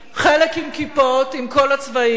חלק עם כיפות בכל הצבעים,